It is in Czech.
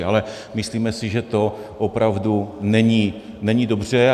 Ale myslíme si, že to opravdu není dobře.